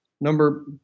number